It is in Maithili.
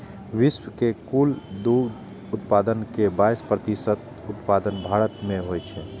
विश्व के कुल दुग्ध उत्पादन के बाइस प्रतिशत उत्पादन भारत मे होइ छै